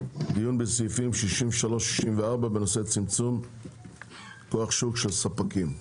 דיון בסעיפים 63 ו-64 בנושא צמצום כוח שוק של ספקים.